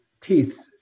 teeth